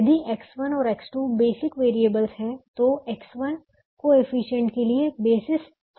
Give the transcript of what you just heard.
यदि X1 और X2 basic variable है तो X1 कोएफिशिएंट के लिए बेसिस 3 और 4 है